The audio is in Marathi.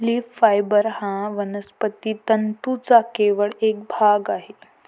लीफ फायबर हा वनस्पती तंतूंचा केवळ एक भाग आहे